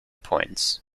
points